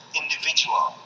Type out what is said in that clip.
individual